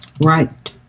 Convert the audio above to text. Right